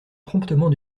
promptement